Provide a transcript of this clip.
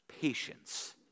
patience